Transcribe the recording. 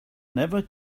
never